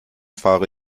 fahre